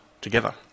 together